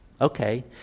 Okay